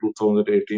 2018